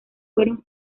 fueron